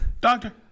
Doctor